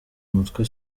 umutwe